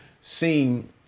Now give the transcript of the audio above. seem